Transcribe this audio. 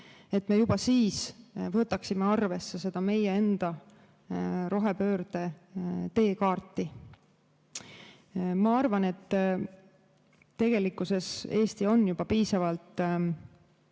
et me juba siis võtaksime arvesse meie enda rohepöörde teekaarti. Ma arvan, et tegelikult on Eesti selleks juba piisavalt